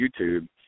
YouTube